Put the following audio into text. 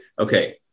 okay